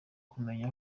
kumenya